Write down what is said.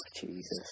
Jesus